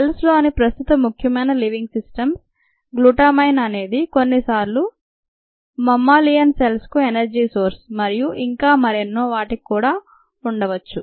సెల్స్లోని ప్రస్తుత ముఖ్యమైన living systems glutamine అనేది కొన్నిసార్లు మమ్మాలియన్ సెల్స్కు ఎనర్జీ సోర్స్ మరియు ఇంకా మరెన్నో వాటికి కూడా ఉండవచ్చు